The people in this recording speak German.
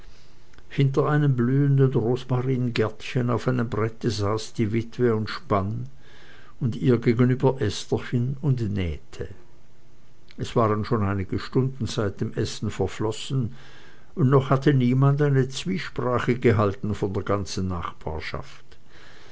hinter einem blühenden rosmaringärtchen auf einem brette saß die witwe und spann und ihr gegenüber estherchen und nähete es waren schon einige stunden seit dem essen verflossen und noch hatte niemand eine zwiesprache gehalten von der ganzen nachbarschaft